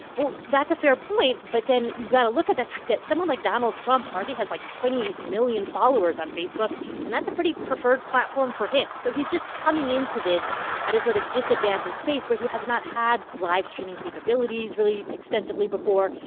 well, that's a fair point, but then you've got to look at the fact that someone like donald trump already has, like, twenty million followers on facebook and that's a pretty preferred platform for him so he's just coming into this at a sort of disadvantage space, where he has not had live streaming capabilities really extensively before.